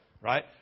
Right